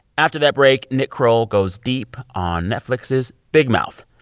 after that break, nick kroll goes deep on netflix's big mouth.